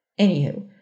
Anywho